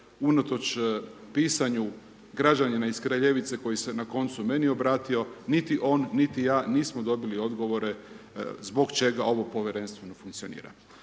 unatoč pisanju građanina iz Kraljevice koji se na koncu meni obratio, niti on niti ja nismo dobili odgovore zbog čega ovo povjerenstvo ne funkcionira.